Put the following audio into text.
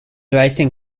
racing